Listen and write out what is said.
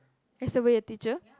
that's the way your teacher